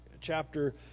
chapter